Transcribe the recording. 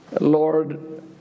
Lord